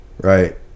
right